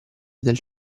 del